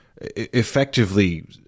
effectively